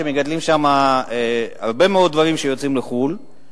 שמגדלים שם הרבה מאוד דברים שמיוצאים לחוץ-לארץ,